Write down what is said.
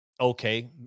okay